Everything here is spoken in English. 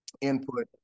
input